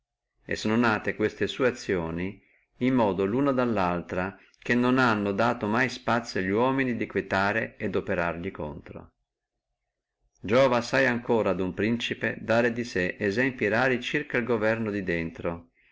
e sono nate queste sua azioni in modo luna dallaltra che non ha dato mai infra luna e laltra spazio alli uomini di potere quietamente operarli contro giova ancora assai a uno principe dare di sé esempli rari circa governi di dentro